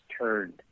turned